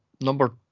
number